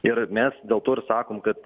ir mes dėl to ir sakom kad